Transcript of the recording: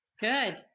Good